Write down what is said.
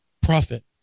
prophet